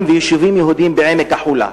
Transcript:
יהודים וביישובים יהודיים בעמק החולה,